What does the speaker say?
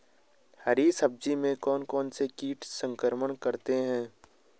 हरी सब्जी में कौन कौन से कीट संक्रमण करते हैं?